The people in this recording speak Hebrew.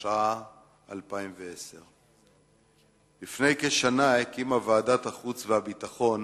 התשע"א 2010. לפני כשנה הקימה ועדת החוץ והביטחון